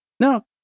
No